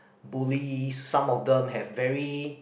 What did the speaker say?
bullies some of them have very